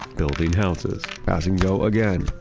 building houses, passing go again,